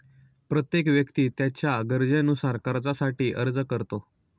प्रत्येक व्यक्ती त्याच्या गरजेनुसार कर्जासाठी अर्ज करतो